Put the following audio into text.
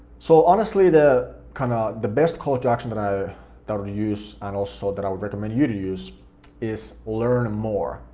so honestly the kinda the best call to action that i will use and also that i would recommend you to use is learn more,